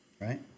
Right